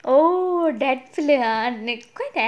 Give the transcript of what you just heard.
oh that ya quite arrogant is it